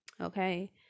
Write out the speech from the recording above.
Okay